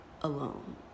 alone